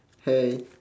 hey